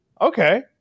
okay